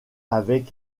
avec